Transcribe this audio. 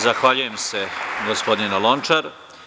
Zahvaljujem se, gospodine Lončar.